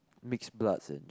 mixed bloods and